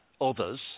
others